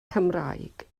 cymraeg